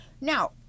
now